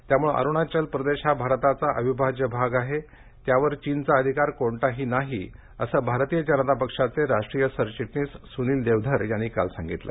त्यामुळे अरुणाचल प्रदेश हा भारताचा अविभाज्य भाग आहे भाग आहे त्यावर चीनचा अधिकार कोणताही नसल्याचे भारतीय जनता पक्षाचे राष्ट्रीय सरचिटणीस सुनील देवधर यांनी काल सांगितलं